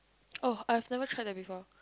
oh I've never try them before